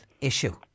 issue